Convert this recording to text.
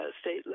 state